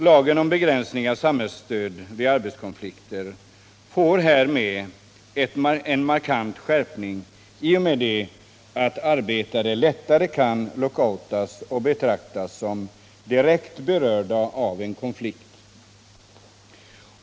Lagen om begränsning av samhällsstöd vid arbetskonflikter får härmed en markant skärpning i och med att arbetare lättare kan lockoutas och betraktas som direkt berörda av konflikten.